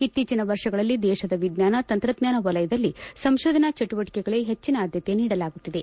ಇತ್ತೀಚಿನ ವರ್ಷಗಳಲ್ಲಿ ದೇಶದ ವಿಜ್ಞಾನ ತಂತ್ರಜ್ಞಾನ ವಲಯದಲ್ಲಿ ಸಂಶೋಧನಾ ಚಟುವಟಿಕೆಗಳಿಗೆ ಹೆಚಿನ ಆದ್ಯತೆ ನೀಡಲಾಗುತ್ತಿದೆ